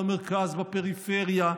במרכז או בפריפריה,